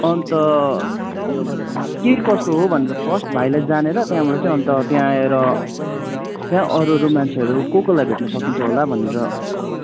अन्त के कस्तो हो भनेर फर्स्ट भाइलाई जानेर त्यहाँबाट चाहिँ अन्त त्यहाँ आएर त्यहाँ अरू अरू मान्छेहरू कस कसलाई भेट्न सकिन्छ होला भनेर